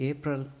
April